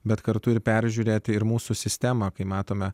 bet kartu ir peržiūrėti ir mūsų sistemą kai matome